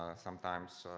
sometimes,